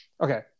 Okay